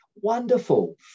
Wonderful